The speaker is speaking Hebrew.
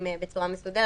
זו התשובה.